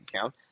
account